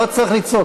לא צריך לצעוק,